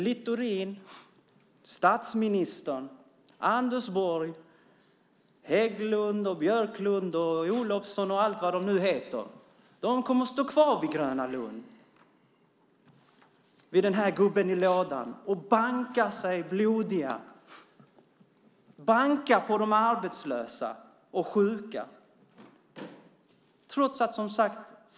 Littorin, statsministern, Anders Borg, Hägglund, Björklund, Olofsson och allt vad de nu heter kommer att stå kvar vid den här gubben i lådan på Gröna Lund och banka sig blodiga. De kommer att banka på de arbetslösa och sjuka.